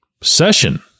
session